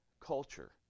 culture